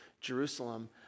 Jerusalem